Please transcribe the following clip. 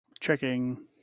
Checking